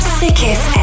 sickest